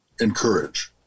encourage